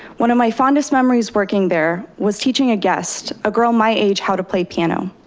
one of my fondest memories working there, was teaching a guest, a girl my age, how to play piano.